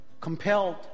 compelled